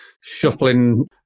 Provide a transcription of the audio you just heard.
shuffling